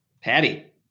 Patty